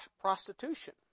prostitution